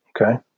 Okay